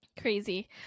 crazy